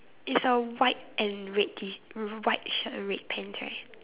it's a white and red tee with a white shirt and red pants right